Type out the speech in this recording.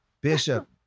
Bishop